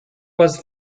was